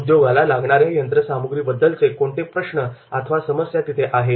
उद्योगाला लागणाऱ्या साधनसामुग्रीबद्दलचे कोणते प्रश्न अथवा समस्या तिथे आहेत